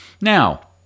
Now